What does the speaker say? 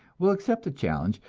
will accept the challenge,